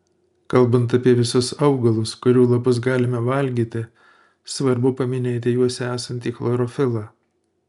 kalbant apie visus augalus kurių lapus galime valgyti svarbu paminėti juose esantį chlorofilą